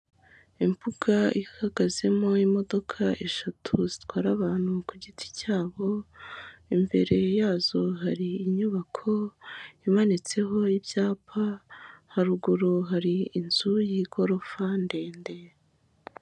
Imbuga ihagazemo imodoka eshatu zitwara abantu ku giti cyabo, imbere yazo hari inyubako imanitseho ibyapa haruguru hari inzu y'igorofa ndende.